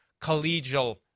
collegial